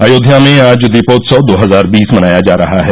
अयोध्या में आज दीपोत्सव दो हजार बीस मनया जा रहा है